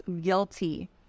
guilty